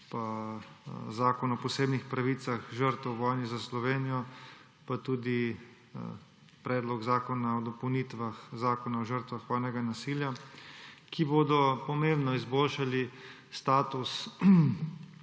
Zakon o posebnih pravicah žrtev v vojni za Slovenijo pa tudi Predlog zakona o dopolnitvah Zakona o žrtvah vojnega nasilja, ki bodo pomembno izboljšali status